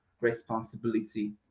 responsibility